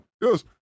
Yes